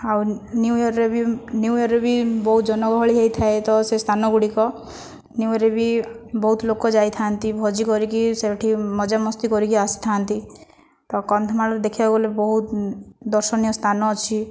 ଆଉ ନ୍ୟୁ ଇୟରରେ ବି ନ୍ୟୁ ଇୟରରେ ବି ବହୁତ ଜନଗହଳି ହୋଇଥାଏ ତ ସେହି ସ୍ଥାନଗୁଡ଼ିକ ନ୍ୟୁ ଇୟରରେ ବି ବହୁତ ଲୋକ ଯାଇଥାନ୍ତି ଭୋଜି କରିକି ସେଠି ମଜାମସ୍ତି କରିକି ଆସିଥାନ୍ତି ତ କନ୍ଧମାଳରୁ ଦେଖିବାକୁ ଗଲେ ବହୁତ ଦର୍ଶନୀୟସ୍ଥାନ ଅଛି